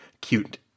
cute